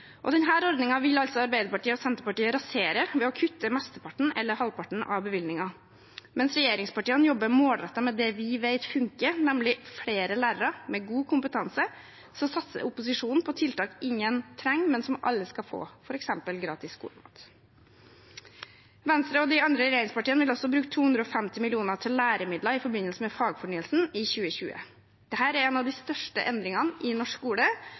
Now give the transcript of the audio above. vil altså Arbeiderpartiet og Senterpartiet rasere ved å kutte mesteparten eller halvparten av bevilgningen. Mens regjeringspartiene jobber målrettet med det vi vet funker, nemlig flere lærere med god kompetanse, satser opposisjonen på tiltak som ingen trenger, men som alle skal få, f.eks. gratis skolemat. Venstre og de andre regjeringspartiene vil også bruke 250 mill. kr til læremidler i forbindelse med fagfornyelsen i 2020. Dette er en av de største endringene i norsk skole,